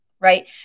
right